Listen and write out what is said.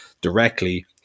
directly